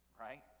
right